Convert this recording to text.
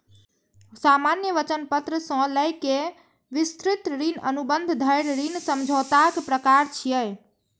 सामान्य वचन पत्र सं लए कए विस्तृत ऋण अनुबंध धरि ऋण समझौताक प्रकार छियै